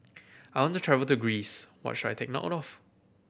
I want to travel to Greece what should I take note of